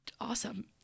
awesome